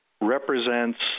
represents